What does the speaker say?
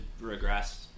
regress